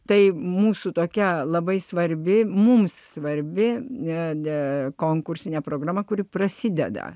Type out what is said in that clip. tai mūsų tokia labai svarbi mums svarbi ne konkursine programa kuri prasideda